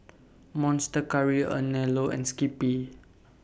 Monster Curry Anello and Skippy